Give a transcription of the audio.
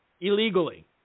illegally